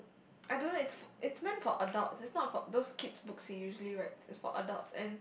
I don't know it's for its meant for adults it's not for those kids books they usually write it's for adult and